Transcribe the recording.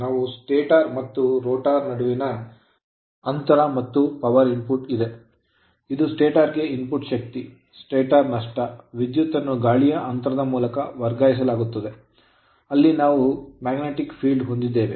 ನಾವು ಸ್ಟಾಟರ್ ಮತ್ತು ರೋಟರ್ ಎರಡನ್ನೂ ಹೊಂದಿದ್ದೇವೆ ಸ್ಟಾಟರ್ ಮತ್ತು ರೋಟರ್ ನಡುವೆ ರೋಟರ್ ಗೆ ಅಂತರ ಮತ್ತು ಪವರ್ ಇನ್ಪುಟ್ ಇದೆ ಇದು ಸ್ಟಾಟರ್ ಗೆ ಇನ್ಪುಟ್ ಶಕ್ತಿ ಸ್ಟಾಟರ್ ನಷ್ಟ ವಿದ್ಯುತ್ ಅನ್ನು ಗಾಳಿಯ ಅಂತರದ ಮೂಲಕ ವರ್ಗಾಯಿಸಲಾಗುತ್ತದೆ ಅಲ್ಲಿ ನಾವು ಆ magnetic field ಕಾಂತೀಯ ಕ್ಷೇತ್ರವನ್ನು ಹೊಂದಿದ್ದೇವೆ